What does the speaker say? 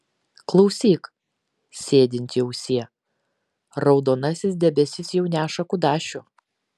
klausyk sėdinti ausie raudonasis debesis jau neša kudašių